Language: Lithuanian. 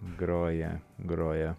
groja groja